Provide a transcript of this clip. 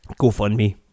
GoFundMe